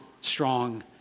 strong